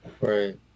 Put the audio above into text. Right